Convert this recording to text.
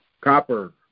copper